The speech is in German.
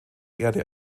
erde